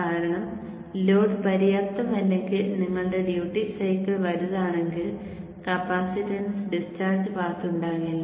കാരണം ലോഡ് പര്യാപ്തമല്ലെങ്കിൽ നിങ്ങളുടെ ഡ്യൂട്ടി സൈക്കിൾ വലുതാണെങ്കിൽ കപ്പാസിറ്റൻസിന് ഡിസ്ചാർജ് പാത്ത് ഉണ്ടാകില്ല